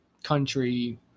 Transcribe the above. Country